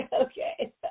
Okay